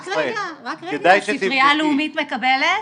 רק רגע, הספרייה הלאומית מקבלת?